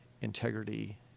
integrity